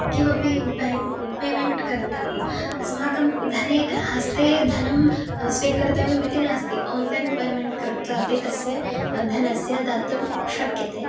किमपि bank payment कर्तव्यं अस्माकं धनं हस्ते धनं स्वीकर्तव्यमिति नास्ति ओन्लैन् पेमेण्ट् कृत्वापि तस्य धनस्य दानं शक्यते